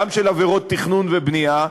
גם של עבירות תכנון ובנייה,